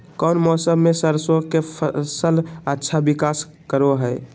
कौन मौसम मैं सरसों के फसल अच्छा विकास करो हय?